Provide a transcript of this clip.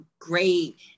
great